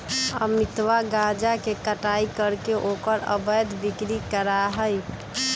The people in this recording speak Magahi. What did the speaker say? अमितवा गांजा के कटाई करके ओकर अवैध बिक्री करा हई